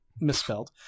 misspelled